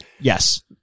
yes